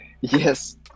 yes